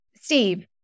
Steve